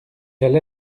alla